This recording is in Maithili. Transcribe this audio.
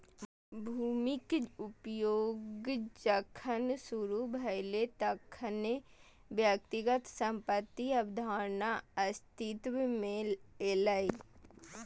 भूमिक उपयोग जखन शुरू भेलै, तखने व्यक्तिगत संपत्तिक अवधारणा अस्तित्व मे एलै